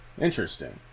Interesting